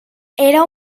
era